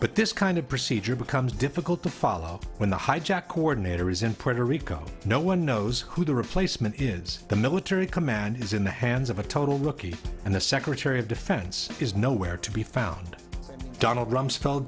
but this kind of procedure becomes difficult to follow when the hijack coordinator is in puerto rico no one knows who the replacement is the military command is in the hands of a total lookee and the secretary of defense is nowhere to be found donald rumsfeld